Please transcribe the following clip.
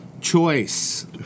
choice